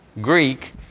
Greek